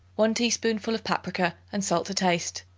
one teaspoonful of paprica and salt to taste.